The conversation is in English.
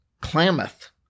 Klamath